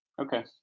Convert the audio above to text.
Okay